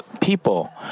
People